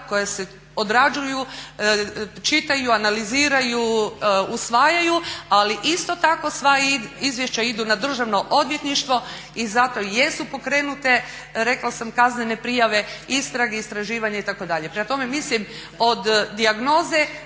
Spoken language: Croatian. koja se odrađuju, čitaju, analiziraju, usvajaju ali isto tako sva izvješća idu na Državno odvjetništvo i zato i jesu pokrenute rekla sam kaznene prijave, istrage, istraživanja itd. Prema tome, mislim od dijagnoze